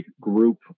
group